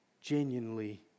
genuinely